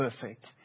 perfect